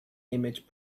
image